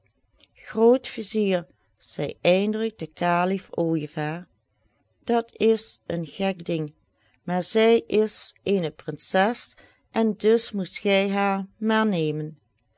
grootvizier zei eindelijk de kalif ooijevaar dat is een gek ding maar zij is eene prinses en dus moest gij haar maar nemen